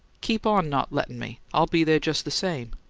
keep on not lettin' me i'll be there just the same.